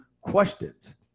questions